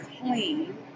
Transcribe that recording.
clean